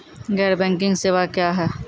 गैर बैंकिंग सेवा क्या हैं?